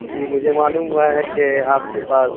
جی مجھے معلوم ہوا ہے کہ آپ کے پاس